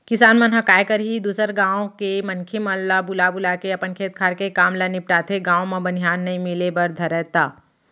किसान मन ह काय करही दूसर गाँव के मनखे मन ल बुला बुलाके अपन खेत खार के आय काम ल निपटाथे, गाँव म बनिहार नइ मिले बर धरय त